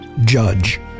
judge